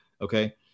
okay